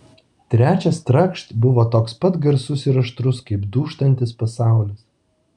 trečias trakšt buvo toks pat garsus ir aštrus kaip dūžtantis pasaulis